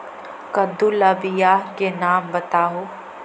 कददु ला बियाह के नाम बताहु?